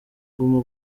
guma